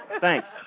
Thanks